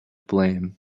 blame